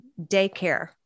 daycare